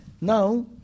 Now